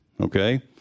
Okay